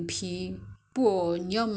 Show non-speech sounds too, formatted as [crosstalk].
that [one] is the [noise]